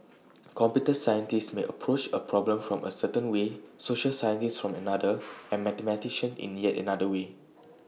computer scientists may approach A problem from A certain way social scientists from another and mathematicians in yet another way